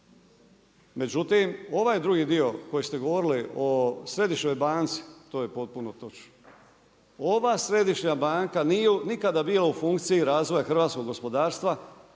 Međutim, ovaj drugi dio koji ste govorili o Središnjoj banci, to je potpuno točno. Ova Središnja banka nije nikada bila u funkcija razvoja hrvatskog gospodarstva,